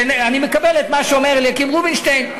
אני מקבל את מה שאומר אליקים רובינשטיין,